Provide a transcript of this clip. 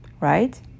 right